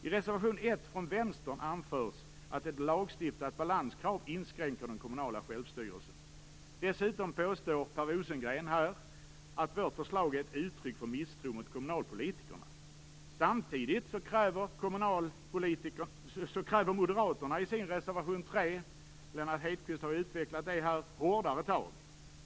I reservation 1 från vänstern anförs att ett lagstiftat balanskrav inskränker den kommunala självstyrelsen. Dessutom påstår Per Rosengren här att vårt förslag är ett uttryck för misstro mot kommunalpolitikerna. Samtidigt kräver moderaterna i reservation 3 hårdare tag. Lennart Hedquist har utvecklat det.